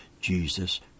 Jesus